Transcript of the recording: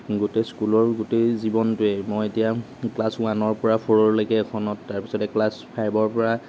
গোটেই স্কুলৰ গোটেই জীৱনটোৱে মই এতিয়া ক্লাছ ওৱানৰ পৰা ফ'ৰলৈকে এখনত তাৰপিছতে ক্লাছ ফাইভৰ পৰা